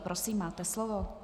Prosím, máte slovo.